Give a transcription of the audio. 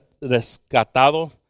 rescatado